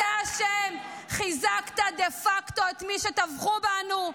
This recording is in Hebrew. אתה אשם: חיזקת דה-פקטו את מי שטבחו בנו,